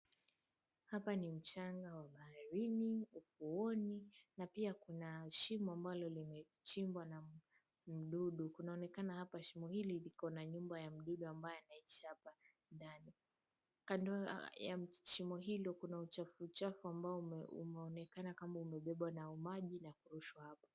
Hapa ni mchanga wa baharini, ufuoni na pia kuna shimo ambalo limechimbwa na mdudu. Kunaonekana hapa shimo hili liko na nyumba ya mdudu ambaye anaishi hapa ndani. Kando ya shimo hilo kuna uchafu uchafu ambao umeonekana kama umebebwa na maji na kurushwa hapo.